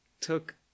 took